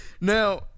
Now